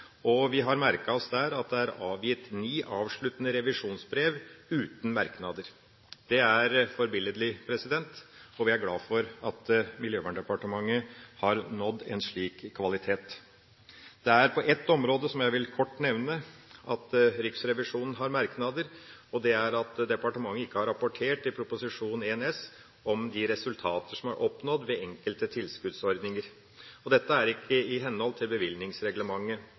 Vi har merket oss at det er avgitt ni avsluttende revisjonsbrev uten merknad. Det er forbilledlig, og vi er glade for at Miljøverndepartementet har nådd en slik kvalitet. På ett område, som jeg kort vil nevne, har Riksrevisjonen merknader, og det er til at departementet ikke har rapportert i Prop. 1 S om de resultater som er oppnådd ved enkelte tilskuddsordninger. Dette er ikke i henhold til bevilgningsreglementet.